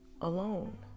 alone